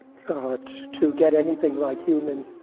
but to get anything like human